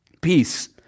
Peace